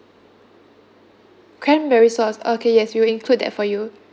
cranberry sauce okay yes we will include that for you